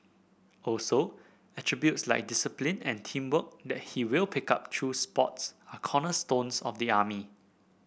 also attributes like discipline and teamwork that he will pick up through sports are cornerstones of the army